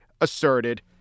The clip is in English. asserted